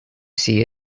see